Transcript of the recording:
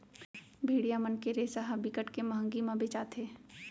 भेड़िया मन के रेसा ह बिकट के मंहगी म बेचाथे